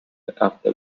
after